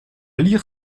lire